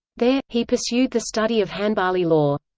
there, he pursued the study of hanbali law.